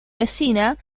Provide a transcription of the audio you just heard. mesina